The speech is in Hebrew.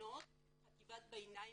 הביניים